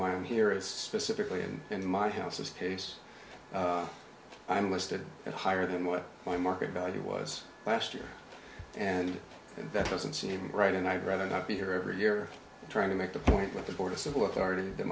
why i'm here and specifically i'm in my house is pace i'm listed at higher than what my market value was last year and that doesn't seem right and i'd rather not be here every year trying to make the point with the board of civil authorit